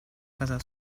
casa